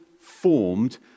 formed